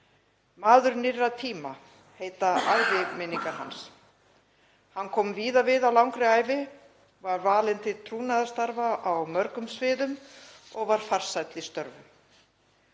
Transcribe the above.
Maður nýrra tíma heita æviminningar hans. Hann kom víða við á langri ævi, var valinn til trúnaðarstarfa á mörgum sviðum og var farsæll í störfum.